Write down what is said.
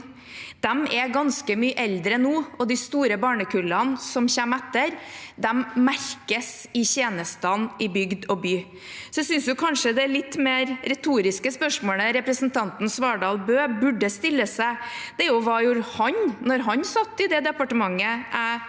De er ganske mye eldre nå, og de store barnekullene som kommer etter, merkes i tjenestene i bygd og by. Jeg synes kanskje det litt mer retoriske spørsmålet representanten Svardal Bøe burde stille seg, er hva han gjorde da han satt i det departementet